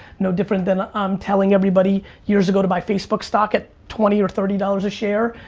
no different than i'm telling everybody years ago to buy facebook stock at twenty or thirty dollars a share.